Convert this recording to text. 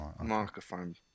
microphone